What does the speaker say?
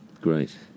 great